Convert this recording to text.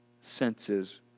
senses